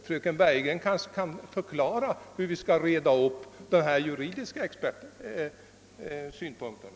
Fröken Bergegren kanske kan förklara hur vi skall reda upp de juridiska frågorna.